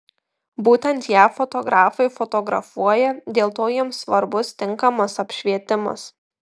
būtent ją fotografai fotografuoja dėl to jiems svarbus tinkamas apšvietimas